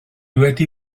wedi